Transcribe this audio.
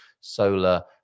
solar